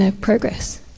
progress